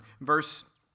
Verse